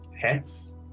heads